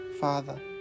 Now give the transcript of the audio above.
Father